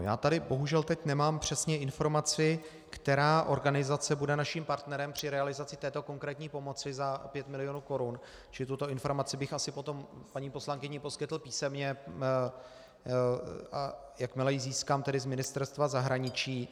Já tady bohužel teď nemám přesně informaci, která organizace bude naším partnerem při realizaci této konkrétní pomoci za pět milionů korun, čili tuto informaci bych asi potom paní poslankyni poskytl písemně, jakmile ji získám z Ministerstva zahraničí.